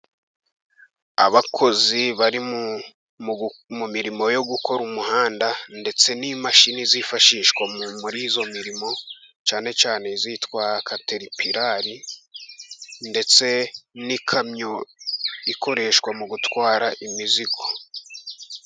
Abakozi bari mu mirimo yo gukora umuhanda, ndetse n'imashini zifashishwa murizo mirimo cyane cyane izitwa kateripirari, ndetse n'ikamyo zikoreshwa mu gutwara imizigo.